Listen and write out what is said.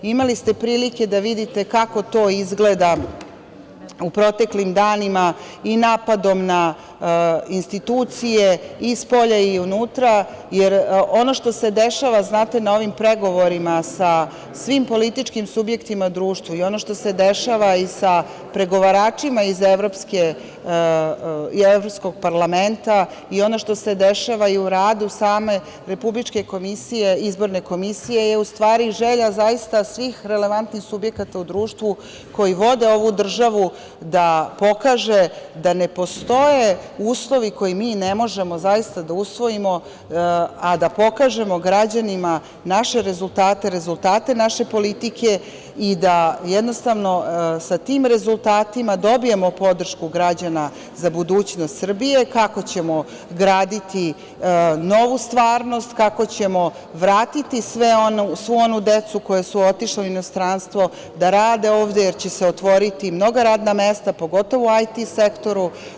Imali ste prilike da vidite kako to izgleda u proteklim danima i napadom na institucije i spolja i unutra, jer ono što se dešava, znate, na ovim predgovorima sa svim političkim subjektima u društvu i ono što se dešava i sa pregovaračima iz Evropskog parlamenta i ono što se dešava i u radu samog RIK-a je u stvari želja zaista svih relevantnih subjekata u društvu, koji vode ovu državu da pokažu da ne postoje uslovi koje mi ne možemo da usvojimo, a da pokažemo građanima naše rezultate, rezultate naše politike i da jednostavno sa tim rezultatima dobijemo podršku građana za budućnost Srbije kako ćemo graditi novu stvarnost, kako ćemo vratiti ovde svu onu decu koja su otišla u inostranstvo da rade, jer će se otvoriti mnoga radna mesta, pogotovo u IT sektoru.